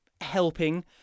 helping